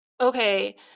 okay